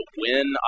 win